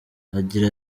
agira